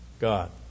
God